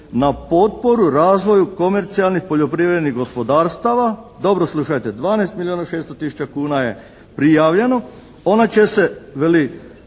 na potporu razvoju komercijalnih poljoprivrednih gospodarstava, dobro slušajte, 12 milijona 600 tisuća kuna je prijavljeno, ona će se veli